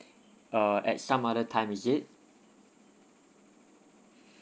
uh at some other time is it